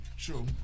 True